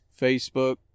Facebook